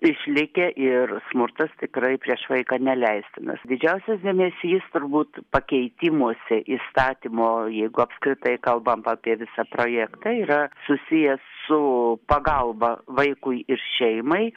išlikę ir smurtas tikrai prieš vaiką neleistinas didžiausias dėmesys turbūt pakeitimuose įstatymo jeigu apskritai kalbam apie visą projektą yra susijęs su pagalba vaikui ir šeimai